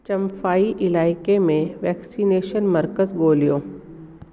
चम्फाई इलाइके में वैक्सनेशन मर्कज़ ॻोल्हियो